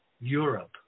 Europe